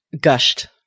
gushed